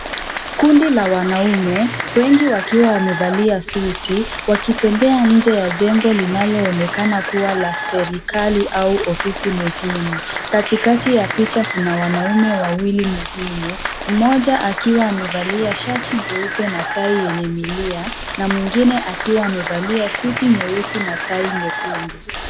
Kundi la wanaume wengi wakiwa wamevalia suti wakitembea nje ya jengo linaloonekana kuwa la serikali au ofisi muhimu. Katikati ya picha kuna wanaume wawili muhimu mmoja akiwa amevalia shati jeupe na tai yenye milia na mwingine akiwa amevalia suti nyeusi na tai nyekundu.